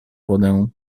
wodę